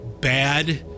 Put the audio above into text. bad